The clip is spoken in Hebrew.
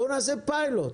בואו נעשה פיילוט,